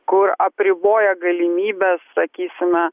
kur apriboja galimybes sakysime